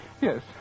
Yes